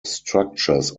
structures